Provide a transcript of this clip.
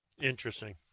Interesting